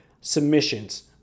submissions